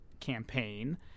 campaign